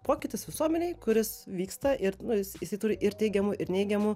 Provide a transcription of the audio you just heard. pokytis visuomenėj kuris vyksta ir nu jis jisai turi ir teigiamų ir neigiamų